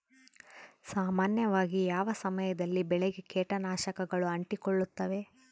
ಸಾಮಾನ್ಯವಾಗಿ ಯಾವ ಸಮಯದಲ್ಲಿ ಬೆಳೆಗೆ ಕೇಟನಾಶಕಗಳು ಅಂಟಿಕೊಳ್ಳುತ್ತವೆ?